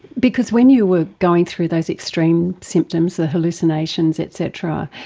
because when you are going through those extreme symptoms, the hallucinations et cetera,